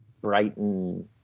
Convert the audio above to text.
brighton